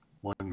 one